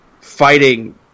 fighting